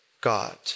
God